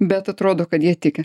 bet atrodo kad jie tiki